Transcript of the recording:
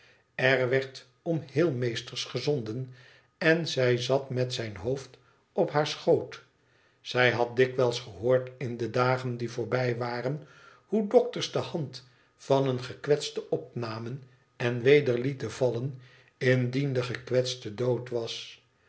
r werd om heelmeesters gezonden en zij zat met zijn hoofd op haar schoot zij had dikwijls gehoord in de dagen die voorbij waren hoe dokters de hand van een gekwetste opnamen en weder lieten vallen indien de gekwetste dood was